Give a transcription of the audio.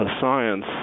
science